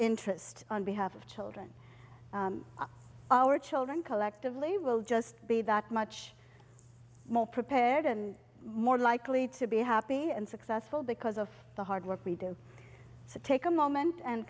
interest on behalf of children our children collectively will just be that much more prepared and more likely to be happy and successful because of the hard work we do to take a moment and